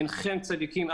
אינכם צדיקים,